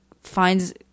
finds